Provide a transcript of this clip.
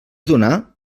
donar